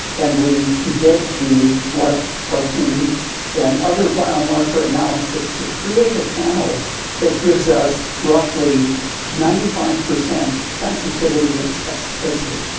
and we did the blood protein and other biomarker analysis to create a panel that gives us roughly ninety five per cent sensitivity and specificity,